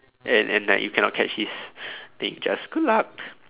and and like you cannot catch his then you just screw up